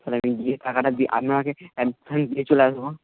তাহলে আমি গিয়ে টাকাটা দিয়ে আপনাকে অ্যাডভান্স দিয়ে চলে আসবো